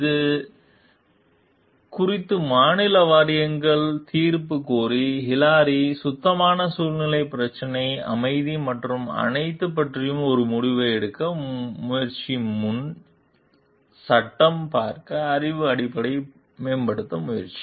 அது குறித்து மாநில வாரியங்கள் தீர்ப்பு கோரி ஹிலாரி சுத்தமான சூழல் பிரச்சினை அனுமதி மற்றும் அனைத்து பற்றி ஒரு முடிவை எடுக்க முயற்சி முன் சட்டம் பார்க்க அறிவு அடிப்படை மேம்படுத்த முயற்சி